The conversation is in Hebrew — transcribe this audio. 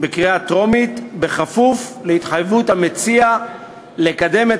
בקריאה טרומית בכפוף להתחייבות המציע לקדם את